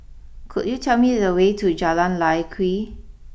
could you tell me the way to Jalan Lye Kwee